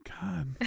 God